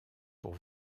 pour